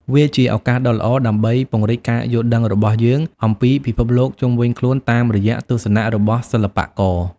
វាជាឱកាសដ៏ល្អដើម្បីពង្រីកការយល់ដឹងរបស់យើងអំពីពិភពលោកជុំវិញខ្លួនតាមរយៈទស្សនៈរបស់សិល្បករ។